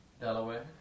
Delaware